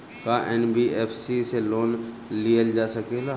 का एन.बी.एफ.सी से लोन लियल जा सकेला?